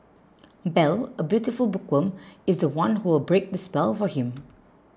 Belle a beautiful bookworm is the one who will break the spell for him